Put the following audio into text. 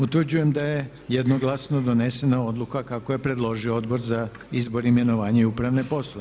Utvrđujem da je jednoglasno donesena Odluka kako je predložio Odbor za izbor, imenovanje i upravne poslove.